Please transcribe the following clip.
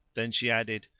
then she added,